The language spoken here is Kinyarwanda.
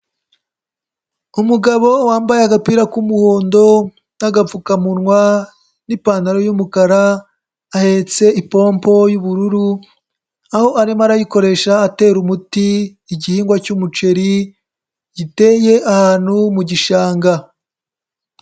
Umugabo wambaye agapira k'umuhondo n'agapfukamunwa n'ipantaro y'umukara, ahetse ipompo y'ubururu aho arimo arayikoresha atera umuti igihingwa cy'umuceri, giteye ahantu mu gishanga.